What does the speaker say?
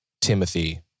Timothy